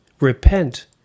Repent